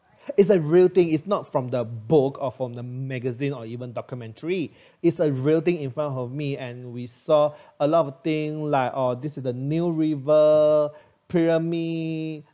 it's a real thing is not from the book or from the magazine or even documentary is a real thing in front of me and we saw a lot of thing like oh this is the nile river pyramid